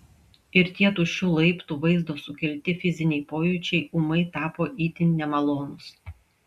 ir tie tuščių laiptų vaizdo sukelti fiziniai pojūčiai ūmai tapo itin nemalonūs